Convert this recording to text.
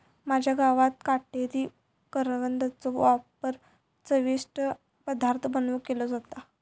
माझ्या गावात काटेरी करवंदाचो वापर चविष्ट पदार्थ बनवुक केलो जाता